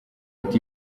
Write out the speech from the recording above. ati